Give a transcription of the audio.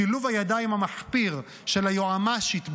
שילוב הידיים המחפיר של היועמ"שית,